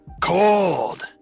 cold